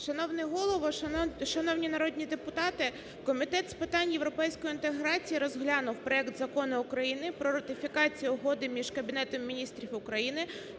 Шановний Голово! Шановні народні депутати! Комітет з питань європейської інтеграції розглянув проект Закону України "Про ратифікацію Угоди між Кабінетом Міністрів України